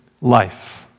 life